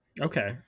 Okay